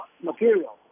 material